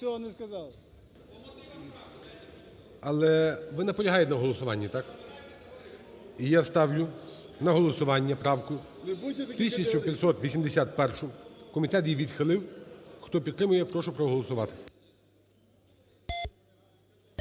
Але ви наполягаєте на голосуванні, так? І я ставлю на голосування правку 1581, комітет її відхилив. Хто підтримує, прошу проголосувати.